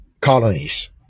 colonies